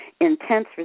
intense